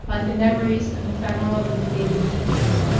like the memories of ephemeral and faded evenings.